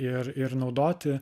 ir ir naudoti